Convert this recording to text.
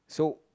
so